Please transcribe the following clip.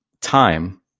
time